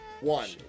One